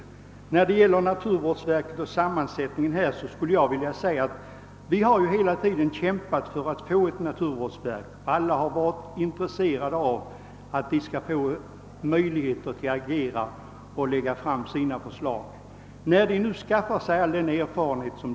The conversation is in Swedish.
sammansättning och naturvårdsverket vill jag påpeka att vi länge har kämpat för att få till stånd ett naturvårdsverk. Alla har varit intresserade av att verket skall få möjlighet att arbeta och skaffa sig erfarenheter.